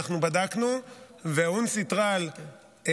חוק ומשפט אני מתכבד להביא בפניכם את